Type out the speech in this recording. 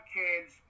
kids